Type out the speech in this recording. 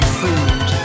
food